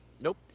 Nope